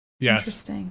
Yes